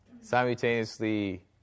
Simultaneously